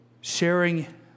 sharing